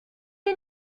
you